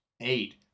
eight